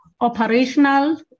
operational